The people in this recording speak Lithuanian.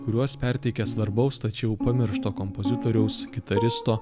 kuriuos perteikia svarbaus tačiau pamiršto kompozitoriaus gitaristo